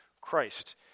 Christ